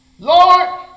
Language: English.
Lord